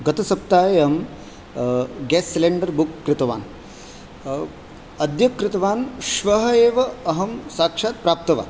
गतसप्ताहे अहं gas cylinder book कृतवान् अद्य कृतवान् श्वः एव अहं साक्षात् प्राप्तवान्